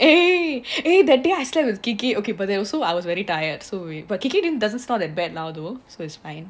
eh that day I slept with gigi okay but that so I was very tired so we but gigi didn't doesn't snore that loud though so that's fine